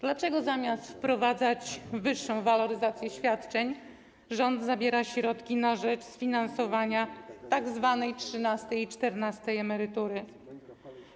Dlaczego zamiast wprowadzać wyższą waloryzację świadczeń, rząd zabiera środki na rzecz sfinansowania tzw. trzynastej i czternastej emerytury?